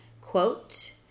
quote